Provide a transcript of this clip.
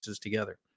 together